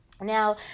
Now